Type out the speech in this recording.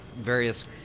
various